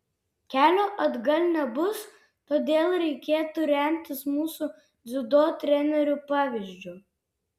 kelio atgal nebus todėl reikėtų remtis mūsų dziudo trenerių pavyzdžiu